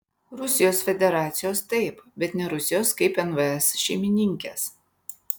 rusijos federacijos taip bet ne rusijos kaip nvs šeimininkės